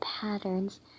patterns